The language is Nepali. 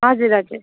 हजुर हजुर